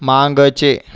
मागचे